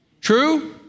True